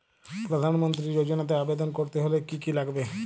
প্রধান মন্ত্রী যোজনাতে আবেদন করতে হলে কি কী লাগবে?